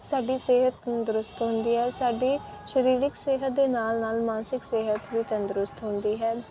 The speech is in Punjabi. ਸਾਡੀ ਸਿਹਤ ਤੰਦਰੁਸਤ ਹੁੰਦੀ ਹੈ ਸਾਡੀ ਸਰੀਰਕ ਸਿਹਤ ਦੇ ਨਾਲ ਨਾਲ ਮਾਨਸਿਕ ਸਿਹਤ ਵੀ ਤੰਦਰੁਸਤ ਹੁੰਦੀ ਹੈ